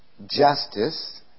justice